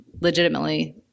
legitimately